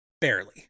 Barely